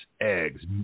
eggs